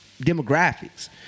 demographics